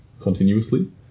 continuously